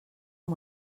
amb